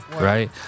Right